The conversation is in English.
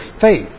faith